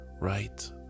right